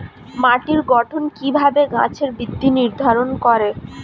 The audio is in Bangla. মাটির গঠন কিভাবে গাছের বৃদ্ধি নির্ধারণ করে?